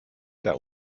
der